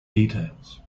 details